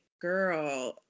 girl